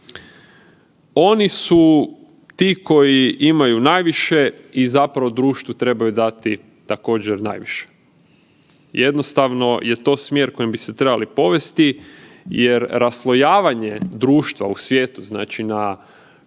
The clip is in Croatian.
Oni su ti koji imaju najviše i zapravo društvu trebaju dati također, najviše. Jednostavno je to smjer kojim bi se trebali povesti jer raslojavanje društva u svijetu, znači na